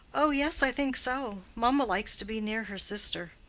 oh, yes, i think so. mamma likes to be near her sister.